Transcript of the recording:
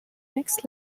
next